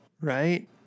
right